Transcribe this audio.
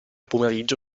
pomeriggio